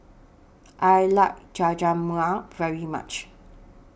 I like Jajangmyeon very much